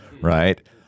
right